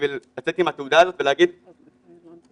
בשביל לצאת עם התעודה הזאת ולהגיד, כן,